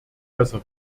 besser